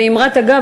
באמירת אגב,